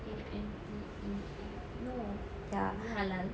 A N T E A no is it halal